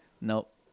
Nope